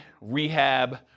rehab